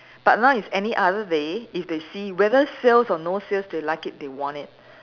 but now it's any other day if they see whether sales or no sales they like it they want it